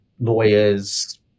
lawyers